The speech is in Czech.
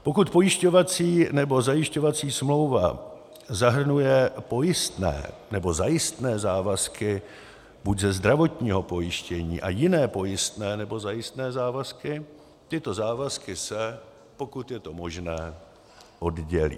Pokud pojišťovací nebo zajišťovací smlouva zahrnuje pojistné nebo zajistné závazky buď ze zdravotního pojištění a jiné pojistné nebo zajistné závazky, tyto závazky se, pokud je to možné, oddělí.